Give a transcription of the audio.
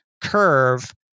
curve